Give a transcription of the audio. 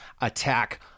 attack